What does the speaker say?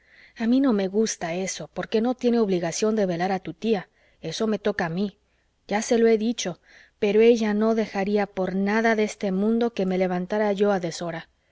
a mí no me gusta eso porque no tiene obligación de velar a tu tía eso me toca a mí ya se lo he dicho pero ella no dejaría por nada de este mundo que me levantara yo a deshora